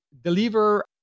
deliver